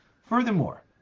Furthermore